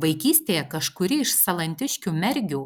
vaikystėje kažkuri iš salantiškių mergių